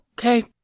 Okay